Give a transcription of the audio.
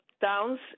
towns